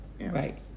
Right